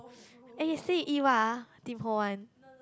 eh you say you eat what ah Tim-Ho-Wan